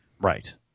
Right